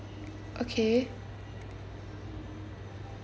okay